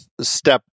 step